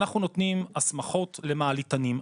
אנחנו נותנים הסמכות למעליתנים,